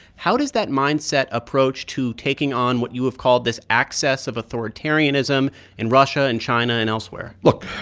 how does that mindset approach to taking on what you have called this access of authoritarianism in russia and china and elsewhere? look.